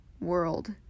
world